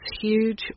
huge